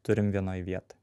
turim vienoj vietoj